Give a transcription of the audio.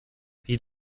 sie